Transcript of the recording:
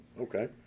okay